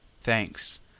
Thanks